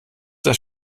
das